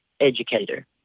Educator